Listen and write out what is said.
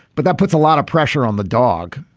but that puts a lot of pressure on the dog,